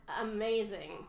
amazing